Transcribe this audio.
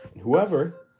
whoever